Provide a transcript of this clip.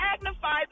magnify